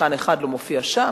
שחקן אחד לא מופיע שם.